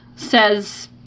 says